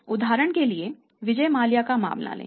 उदाहरण के लिए विजय माल्या का मामला लें